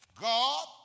God